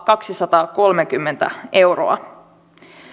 kaksisataakolmekymmentä euroa